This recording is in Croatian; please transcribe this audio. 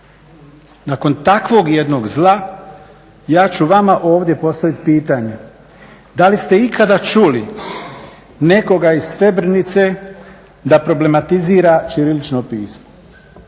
nakon takvog jednog zla ja ću vama ovdje postaviti pitanje, da li ste ikada čuli nekoga iz Srebrenice da problematizira ćirilično pismo?